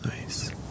nice